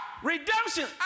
Redemption